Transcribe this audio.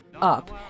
up